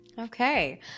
Okay